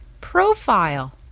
profile